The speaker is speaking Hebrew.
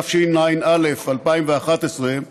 התשע"א 2011,